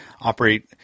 operate